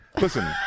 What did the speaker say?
Listen